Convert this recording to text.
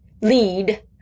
lead